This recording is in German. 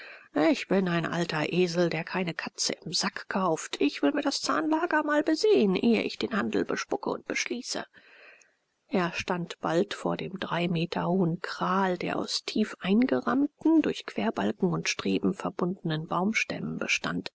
ich bin ein alter esel der keine katze im sack kauft ich will mir das zahnlager mal besehen ehe ich den handel bespucke und beschließe er stand bald vor dem drei meter hohen kral der aus tief eingerammten durch querbalken und streber verbundenen baumstämmen bestand